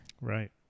right